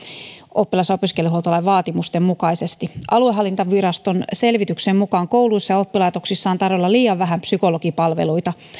oppilas ja opiskelijahuoltolain vaatimusten mukaisesti aluehallintoviraston selvityksen mukaan kouluissa ja oppilaitoksissa on tarjolla liian vähän psykologipalveluita